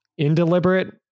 indeliberate